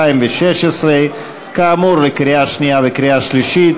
התשע"ו 2016. כאמור, קריאה שנייה וקריאה שלישית.